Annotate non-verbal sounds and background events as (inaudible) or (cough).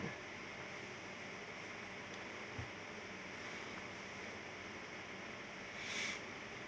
(breath)